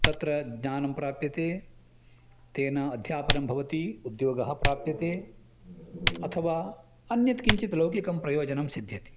तत्र ज्ञानं प्राप्यते तेन अध्यापनं भवति उद्योगः प्राप्यते अथवा अन्यत् किञ्चित् लौकिकं प्रयोजनं सिध्यति